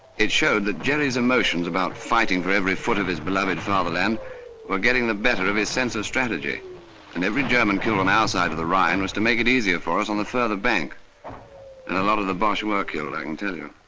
it showed that jerry's emotions about fighting for every foot of his beloved fatherland were getting the better of his sense of strategy and every german killed on our side of the rhine was to make it easier for us on the further bank and a lot of the bosche were killed, i can tell you.